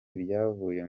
ibyavuye